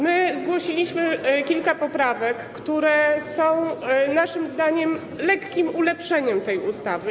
My zgłosiliśmy kilka poprawek, które są naszym zdaniem lekkim ulepszeniem tej ustawy.